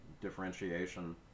differentiation